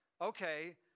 okay